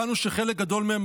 הבנו שחלק גדול מהם,